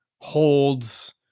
holds